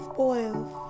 Spoils